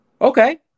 Okay